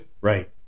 right